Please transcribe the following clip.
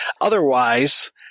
Otherwise